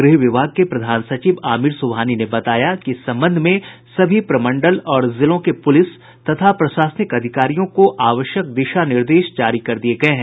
गृह विभाग के प्रधान सचिव आमिर सुबहानी ने बताया कि इस संबंध में सभी प्रमंडल और जिलों के पुलिस तथा प्रशासनिक अधिकारियों को आवश्यक दिशा निर्देश जारी कर दिये गये हैं